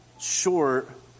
short